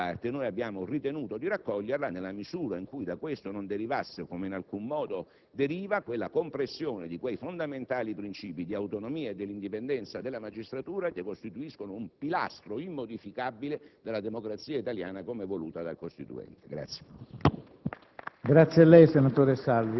delle preoccupazioni che vengono da quella parte, nella misura in cui da ciò non derivasse - come in alcun modo deriva - la compressione di quei fondamentali princìpi di autonomia ed indipendenza della magistratura che costituiscono un pilastro immodificabile della democrazia italiana come voluta dal Costituente.